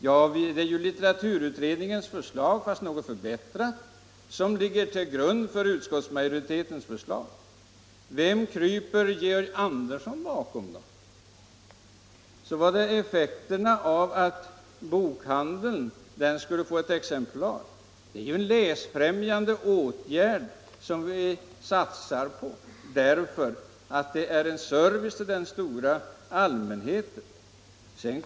Ja, det är ju litteraturutredningens förslag, fastän något förbättrat, som ligger till grund för utskottsmajoritetens förslag. Vem kryper Georg Andersson bakom? I vad gäller effekten av att varje fackbokhandel skulle få ett exemplar av varje stödd titel vill jag säga, att detta är en läsfrämjande åtgärd, som vi satsar på som en service för den stora allmänheten.